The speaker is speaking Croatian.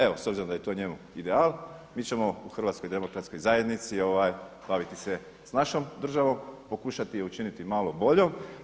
Evo s obzirom da je to njemu ideal mi ćemo u HDZ-u baviti se s našom državom, pokušati je učiniti malo boljom.